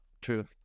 true